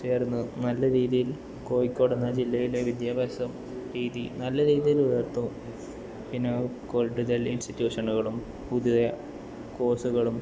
ചേർന്ന് നല്ല രീതിയിൽ കോയിക്കോടെന്ന ജില്ലയിലെ വിദ്യാഭ്യാസം രീതി നല്ല രീതിയിൽ ഉയർത്തും പിന്നെ കൂടുതൽ ഇൻസ്റ്റിറ്റൂഷനുകളും പുതിയ കോഴ്സുകളും